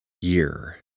year